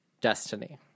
destiny